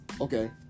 Okay